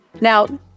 Now